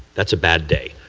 that's a bad day.